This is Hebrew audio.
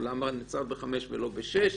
או למה נעצרת ב-5 ולא ב-6.